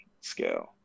scale